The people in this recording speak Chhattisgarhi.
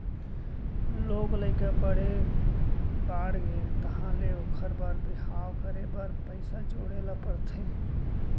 लोग लइका बड़े बाड़गे तहाँ ले ओखर बर बिहाव करे बर पइसा जोड़े ल परथे